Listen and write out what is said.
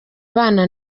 bana